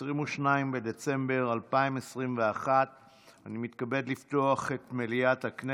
22 בדצמבר 2021. אני מתכבד לפתוח את מליאת הכנסת.